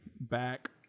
back